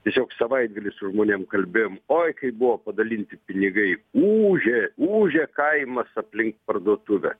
tiesiog savaitgalį su žmonėm kalbėjom oi kaip buvo padalinti pinigai ūžė ūžė kaimas aplink parduotuvę